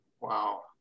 wow